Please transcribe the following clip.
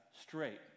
straight